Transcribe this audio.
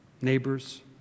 neighbors